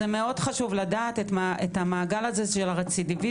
זה מאוד חשוב לדעת את המעגל הזה של הרציסיביזם.